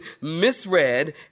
misread